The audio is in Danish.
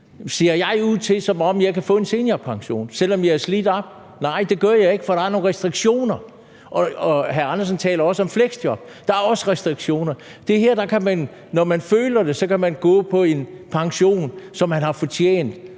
Ser jeg ud, som om jeg kan få en seniorpension, selv om jeg er slidt op? Nej, det gør jeg ikke, for der er nogle restriktioner, og hr. Hans Andersen taler om fleksjob. Der er også restriktioner. Men her kan man, når man føler det, gå på en pension, som man har fortjent,